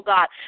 God